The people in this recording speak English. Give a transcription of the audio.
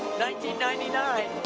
ninety ninety nine.